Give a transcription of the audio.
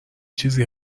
چیزی